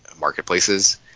marketplaces